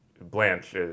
Blanche